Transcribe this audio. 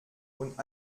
und